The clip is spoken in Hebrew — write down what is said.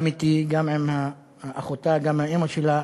גם אתי, גם עם אחותה, גם עם אימא שלה,